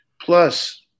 Plus –